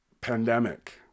pandemic